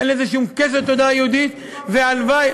אין לזה שום קשר לתודעה יהודית, והלוואי,